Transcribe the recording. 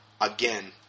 again